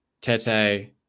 Tete